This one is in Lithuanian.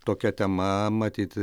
tokia tema matyt